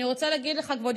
אני רוצה להגיד לך, כבוד